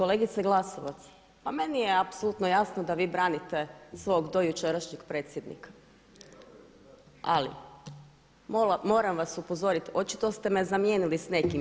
Kolegice Glasovac, ma meni je apsolutno jasno da vi branite svog dojučerašnjeg predsjednika, ali moram vas upozoriti očito ste me zamijenili s nekim.